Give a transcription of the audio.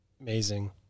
amazing